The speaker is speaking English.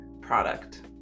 product